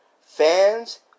Fans